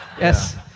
Yes